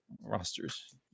Rosters